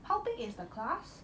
how big is the class